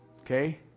Okay